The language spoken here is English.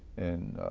in